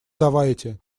давайте